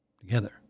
Together